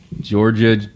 Georgia